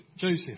Joseph